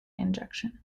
injection